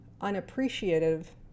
unappreciative